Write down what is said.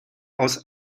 aus